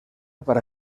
para